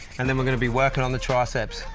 and then we're gonna be working on the triceps.